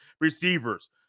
receivers